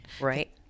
Right